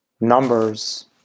numbers